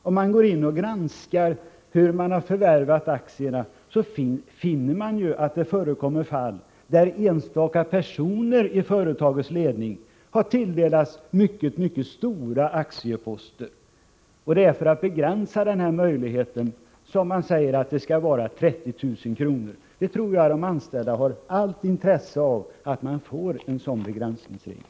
Granskar man hur aktierna har förvärvats finner man att det förekommer fall där enstaka personer i företagets ledning har tilldelats. mycket stora aktieposter. Det är för att begränsa den möjligheten som man säger att gränsen skall dras vid 30 000 kr. Jag tror att de anställda har allt intresse av att få en sådan begränsningsregel.